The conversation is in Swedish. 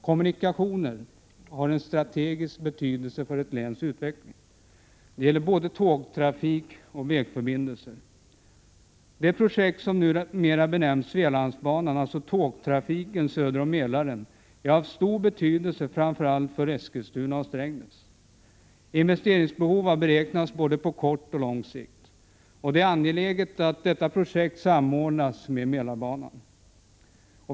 Kommunikationer har en strategisk betydelse för ett läns utveckling. Det gäller både tågtrafik och vägförbindelser. söder om Mälaren — har stor betydelse för framför allt Eskilstuna och Prot. 1986/87:129 Strängnäs. Behov av investeringar har beräknats föreligga på både kort och 22 maj 1987 lång sikt. Det är angeläget att detta projekt samordnas med Mälarbanan.